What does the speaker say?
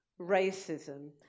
racism